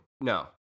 no